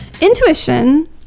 intuition